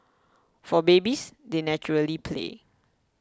for babies they naturally play